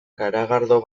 garagardo